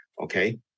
okay